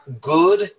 good